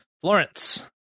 Florence